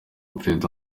perezida